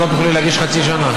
אז לא תוכלי להגיש חצי שנה.